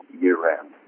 year-round